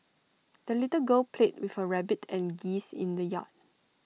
the little girl played with her rabbit and geese in the yard